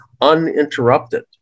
uninterrupted